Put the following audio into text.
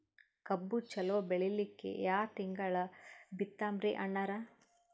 ಕಬ್ಬು ಚಲೋ ಬೆಳಿಲಿಕ್ಕಿ ಯಾ ತಿಂಗಳ ಬಿತ್ತಮ್ರೀ ಅಣ್ಣಾರ?